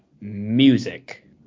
music